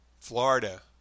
Florida